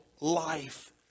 life